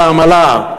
על העמלה,